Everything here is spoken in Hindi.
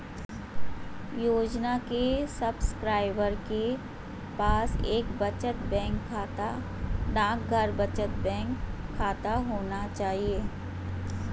योजना के सब्सक्राइबर के पास एक बचत बैंक खाता, डाकघर बचत बैंक खाता होना चाहिए